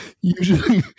usually